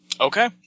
Okay